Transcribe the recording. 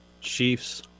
Chiefs